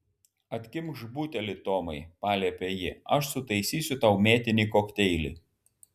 atkimšk butelį tomai paliepė ji aš sutaisysiu tau mėtinį kokteilį